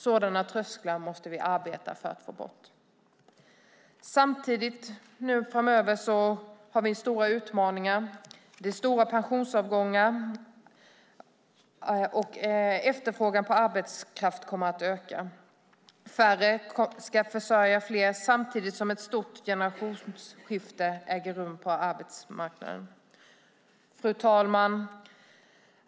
Sådana trösklar måste vi arbeta för att få bort. Samtidigt har vi framöver stora utmaningar. Det är stora pensionsavgångar, och efterfrågan på arbetskraft kommer att öka. Färre ska försörja fler, samtidigt som ett stort generationsskifte äger rum på arbetsmarknaden. Fru talman!